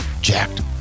Jacked